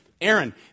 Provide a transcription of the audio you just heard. Aaron